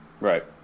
Right